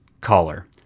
Caller